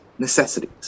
necessities